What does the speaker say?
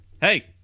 Hey